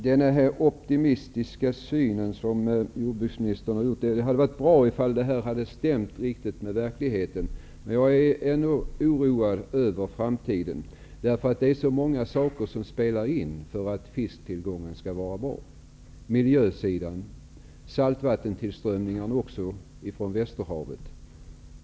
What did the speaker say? Herr talman! Det hade varit bra om jordbruksministerns optimistiska syn hade stämt med verkligheten. Jag är oroad inför framtiden, eftersom det är så många faktorer som spelar in för att fisktillgången skall bli god. Torsken är för sin fortplantning beroende av miljön och saltvattentillströmningen från Västerhavet.